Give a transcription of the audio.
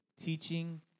teaching